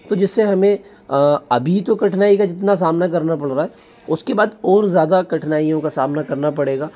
तो जिससे हमें अभी तो कठिनाई का जितना सामना करना पड़ रहा है उसके बाद और ज़्यादा कठिनाइयों का सामना करना पड़ेगा